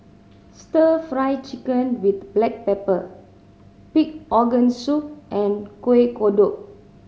Stir Fry Chicken with black pepper pig organ soup and Kuih Kodok